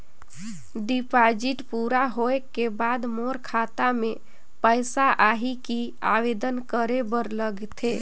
Deposit पूरा होय के बाद मोर खाता मे पइसा आही कि आवेदन करे बर लगथे?